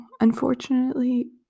unfortunately